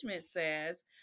says